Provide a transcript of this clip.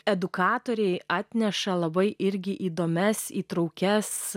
edukatoriai atneša labai irgi įdomias įtraukiantis